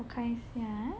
我看一下啊